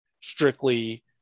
strictly